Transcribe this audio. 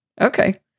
Okay